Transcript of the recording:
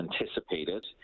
anticipated